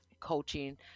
Coaching